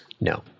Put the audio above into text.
No